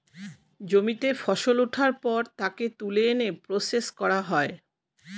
জমিতে ফসল ওঠার পর তাকে তুলে এনে প্রসেস করা হয়